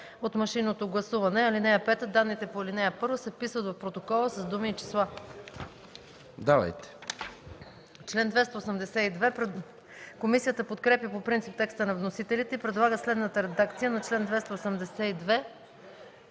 от машинното гласуване. (5) Данните по ал. 1 се вписват в протокола с думи и числа.” Комисията подкрепя по принцип текста на вносителите и предлага следната редакция на чл. 282: